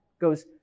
goes